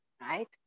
right